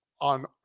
on